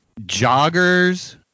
joggers